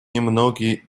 немногие